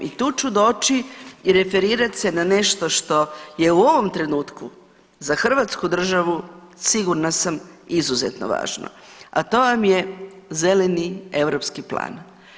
I tu ću doći i referirat se na nešto što je u ovom trenutku za Hrvatsku državu sigurna sam izuzetno važno, a to vam je zeleni europski plan.